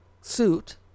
suit